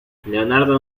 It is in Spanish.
leonardo